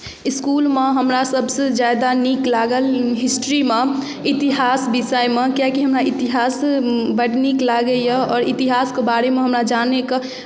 इस्कुलमे हमरा सभसँ ज्यादा नीक लागल हिस्ट्रीमे इतिहास विषयमे किएकि हमरा इतिहास बड नीक लागैए आओर इतिहासके बारेमे हमरा जानैके